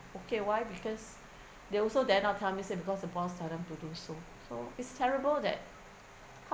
okay why because they also dare not tell me said because the boss tell them to do so so it's terrible that how